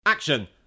action